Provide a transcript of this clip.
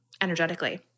energetically